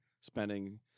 spending